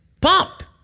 pumped